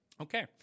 Okay